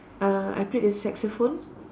uh I played the saxophone